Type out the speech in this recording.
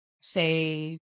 say